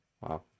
wow